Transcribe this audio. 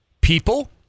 People